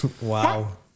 Wow